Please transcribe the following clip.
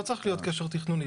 לא צריך להיות קשר תכנוני.